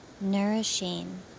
nourishing